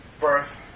birth